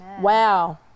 Wow